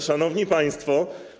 Szanowni Państwo!